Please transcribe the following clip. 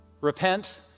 Repent